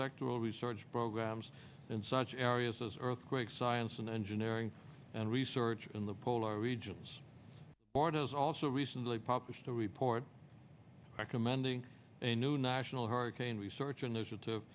sectoral research programs in such areas as earthquake science and engineering and research in the polar regions borders also recently published a report recommending a new national hurricane research initiative